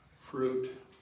fruit